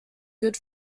good